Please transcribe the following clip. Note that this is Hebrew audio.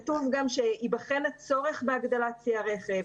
כתוב גם שייבחן הצורך בהגדלת צי הרכב,